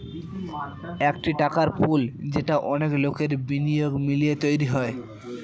একটি টাকার পুল যেটা অনেক লোকের বিনিয়োগ মিলিয়ে তৈরী হয়